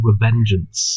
revengeance